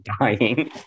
dying